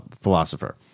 philosopher